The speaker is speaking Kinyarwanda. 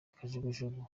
kajugujugu